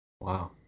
Wow